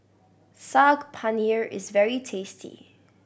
Saag Paneer is very tasty